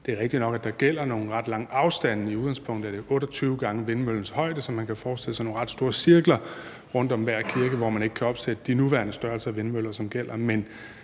Det er rigtigt nok, at der gælder nogle ret lange afstande, og i udgangspunktet er det 28 gange vindmøllens højde, så man kan forestille sig nogle ret store cirkler rundt om hver kirke, hvor man ikke kan opsætte de nuværende størrelser af vindmøller, som gælder,